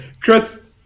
Chris